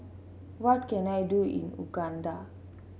what can I do in Uganda